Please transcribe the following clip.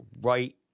right